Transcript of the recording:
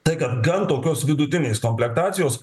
tai kad gan tokios vidutinės komplektacijos